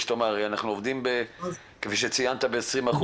הרי כפי שציינת עובדים ב-20%.